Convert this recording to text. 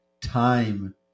time